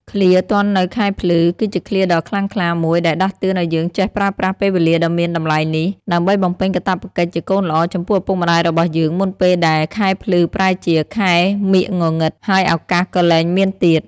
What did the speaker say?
ឃ្លា ទាន់នៅខែភ្លឺ គឺជាឃ្លាដ៏ខ្លាំងក្លាមួយដែលដាស់តឿនឲ្យយើងចេះប្រើប្រាស់ពេលវេលាដ៏មានតម្លៃនេះ ដើម្បីបំពេញកាតព្វកិច្ចជាកូនល្អ ចំពោះឪពុកម្តាយរបស់យើង មុនពេលដែល ខែភ្លឺ ប្រែជា ខែមាឃងងឹត ហើយឱកាសក៏លែងមានទៀត។